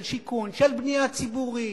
של שיכון, של בנייה ציבורית,